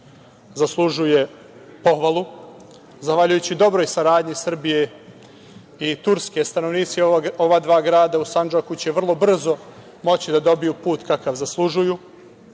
zaslužuje pohvalu. Zahvaljujući dobroj saradnji Srbije i Turske, stanovnici ova dva grada u Sandžaku će vrlo brzo moći da dobiju put kakav zaslužuju.